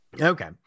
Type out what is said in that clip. Okay